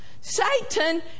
Satan